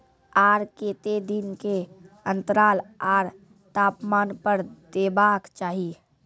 आर केते दिन के अन्तराल आर तापमान पर देबाक चाही?